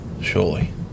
Surely